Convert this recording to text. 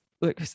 look